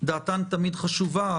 תמיד חשובה,